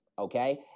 Okay